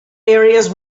areas